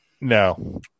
No